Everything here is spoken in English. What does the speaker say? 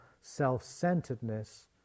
self-centeredness